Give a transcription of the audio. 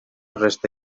resta